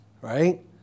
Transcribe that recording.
right